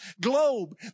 globe